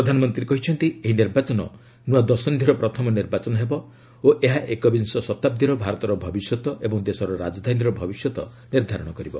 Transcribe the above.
ପ୍ରଧାନମନ୍ତ୍ରୀ କହିଛନ୍ତି ଏହି ନିର୍ବାଚନ ନୃଆ ଦଶନ୍ଧିର ପ୍ରଥମ ନିର୍ବାଚନ ହେବ ଓ ଏହା ଏକବିଂଶ ଶତାବ୍ଦୀର ଭାରତର ଭବିଷ୍ୟତ ଏବଂ ଦେଶର ରାଜଧାନୀର ଭବିଷ୍ୟତ ନିର୍ଦ୍ଧାରଣ କରିବ